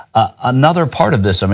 another part of this, i mean